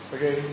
Okay